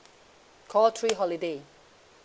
call three holiday